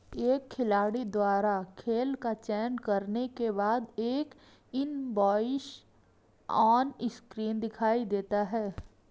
एक खिलाड़ी द्वारा खेल का चयन करने के बाद, एक इनवॉइस ऑनस्क्रीन दिखाई देता है